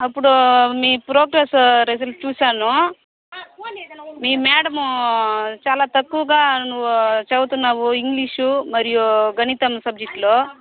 అప్పుడు మీ progress result చూసాను మీ మేడం చాలా తక్కువగా నువ్వు చదువుతున్నావు ఇంగ్లీషు మరియు గణితం సబ్జెక్టులో